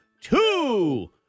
two